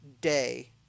day